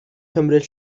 cymryd